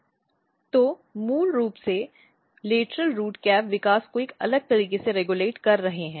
इसलिए मूल रूप से वे लेटरल रूट कैप विकास को एक अलग तरीके से रेगुलेट कर रहे हैं